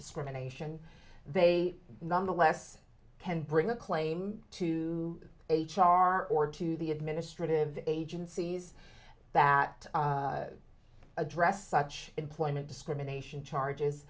discrimination they nonetheless can bring a claim to h r or to the administrative agencies that address such employment discrimination charges